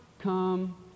come